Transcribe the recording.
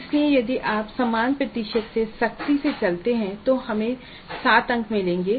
इसलिए यदि आप समान प्रतिशत से सख्ती से चलते हैं तो हमें 7 अंक मिलेंगे